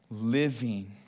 living